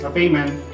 payment